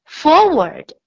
forward